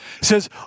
says